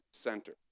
center